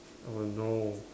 oh no